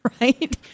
right